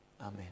Amen